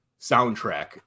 soundtrack